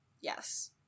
Yes